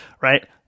right